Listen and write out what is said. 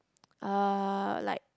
uh like